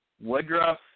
Woodruff